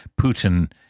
Putin